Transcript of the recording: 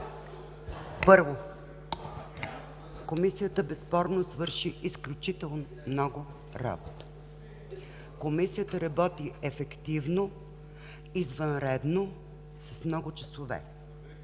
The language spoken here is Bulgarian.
Първо, Комисията безспорно свърши изключително много работа! Комисията работи ефективно, извънредно, с много часове!